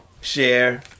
share